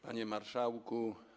Panie Marszałku!